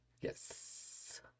Yes